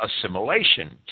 assimilation